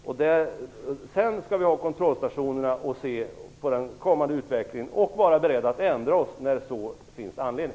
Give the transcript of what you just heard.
Sedan skall vi ha kontrollstationer och se hur den kommande utvecklingen blir och också vara beredda att ändra oss när det finns anledning.